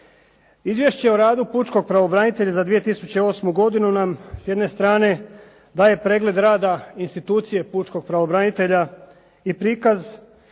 Izvješće o radu pučkog pravobranitelja za 2008. godinu nam s jedne strane daje pregled rada institucije pučkog pravobranitelja i prikaz